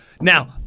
Now